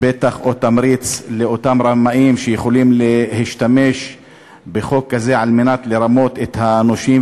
עוד תמריץ לאותם רמאים שיכולים להשתמש בחוק הזה על מנת לרמות את הנושים,